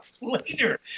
later